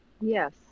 yes